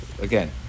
again